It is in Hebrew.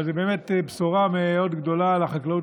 אבל זו באמת בשורה מאוד גדולה לחקלאות